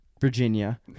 Virginia